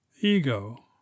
Ego